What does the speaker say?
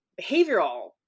behavioral